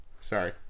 sorry